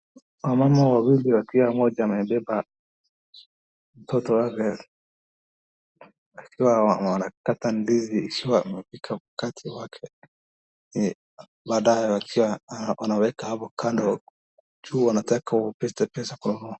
Wamama wawili wakiwa mmoja amebeba mtoto wake, wakiwa wanakata ndizi ikiwa hapo katikati yake baadae wakiwa wanaweka hapo kando juu wanataka ulete pesa kwa mkono.